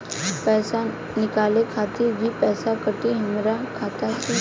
पईसा निकाले खातिर भी पईसा कटी हमरा खाता से?